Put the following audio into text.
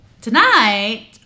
Tonight